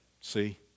See